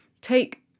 take